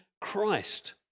Christ